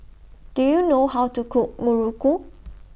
Do YOU know How to Cook Muruku